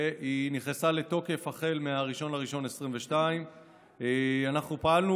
והיא נכנסה לתוקף החל ב-1 בינואר 2022. אנחנו פעלנו